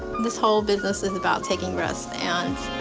this whole business is about taking risks, and